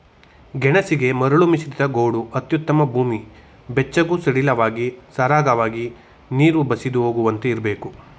ಗೆಣಸಿಗೆ ಮರಳುಮಿಶ್ರಿತ ಗೋಡು ಅತ್ಯುತ್ತಮ ಭೂಮಿ ಬೆಚ್ಚಗೂ ಸಡಿಲವಾಗಿ ಸರಾಗವಾಗಿ ನೀರು ಬಸಿದು ಹೋಗುವಂತೆ ಇರ್ಬೇಕು